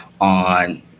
on